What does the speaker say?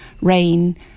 rain